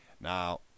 Now